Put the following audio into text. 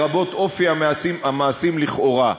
לרבות אופי המעשים לכאורה,